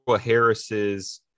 Harris's